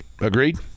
Agreed